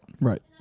right